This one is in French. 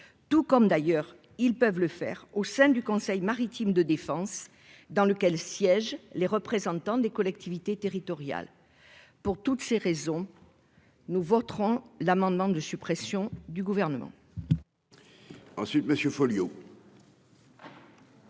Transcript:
tout comme d'ailleurs ils peuvent le faire au sein du Conseil maritime de défense dans lequel siègent les représentants des collectivités territoriales pour toutes ces raisons. Nous voterons l'amendement de suppression du gouvernement.